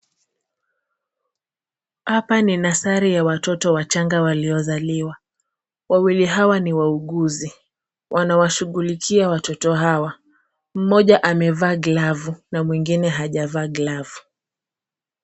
Hapa ni nursery ya watoto wachanga waliozaliwa. Wawili hawa ni wauguzi . Wanawashughilikia watoto hawa . Mmoja amevaa glavu na mwingine hajavaa glavu.